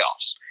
playoffs